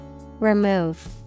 Remove